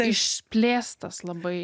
išplėstas labai